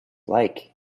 like